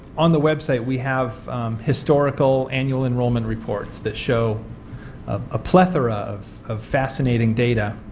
on the website we have historical annual enrollment reports that show a plethora of of fascinating data.